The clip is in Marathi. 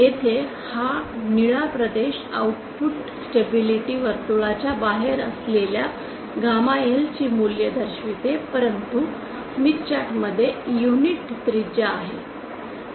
येथे हा निळा प्रदेश आउटपुट स्टेबिलिटी वर्तुळाच्या बाहेर असलेल्या गॅमा L ची मूल्ये दर्शवितो परंतु स्मिथ चार्ट मध्ये युनिट त्रिज्या आहे